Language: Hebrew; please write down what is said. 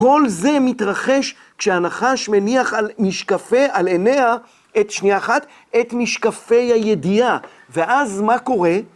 כל זה מתרחש כשהנחש מניח על משקפי, על עיניה, את, שנייה אחת, את משקפי הידיעה. ואז מה קורה?